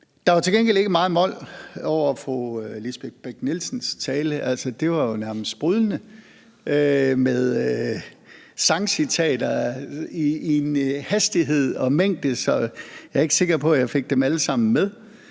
Der var til gengæld ikke meget mørke over fru Lisbeth Bech-Nielsens tale. Den var jo nærmest sprudlende med sangcitater i en hastighed og i en mængde, så jeg ikke er sikker på, at jeg fik det hele med.